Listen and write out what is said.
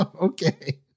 okay